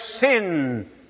sin